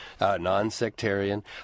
nonsectarian